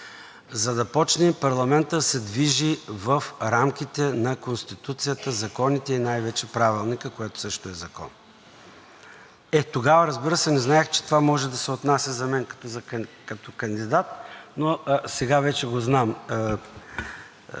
за да може парламентът да се движи в рамките на Конституцията, законите и най-вече Правилника, който също е закон. Е, тогава, разбира се, не знаех, че това може да се отнася за мен като кандидат, но сега вече го знам.